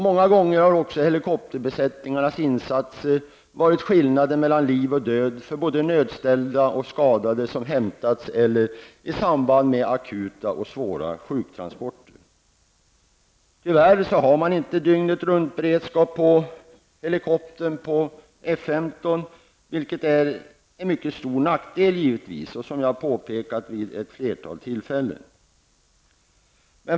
Många gånger har också helikopterbesättningarnas insatser inneburit skillnaden mellan liv och död för både nödställda och skadade som hämtats eller i samband med akuta och svåra sjuktransporter. Tyvärr har man inte dygnet-runt-beredskap på helikoptern på F 15, något som givetvis är en mycket stor nackdel, vilket jag påpekat vid ett flertal tillfällen.